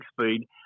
speed